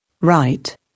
right